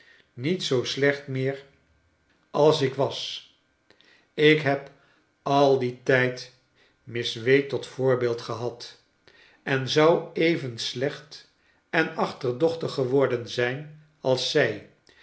niet zoo slecht meer als kleine dorrit ik was ik heb al dien tijd miss wade tot voorbeeld gehad en zou even slecht en achterdochtig geworden zijn als zij